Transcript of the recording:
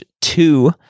two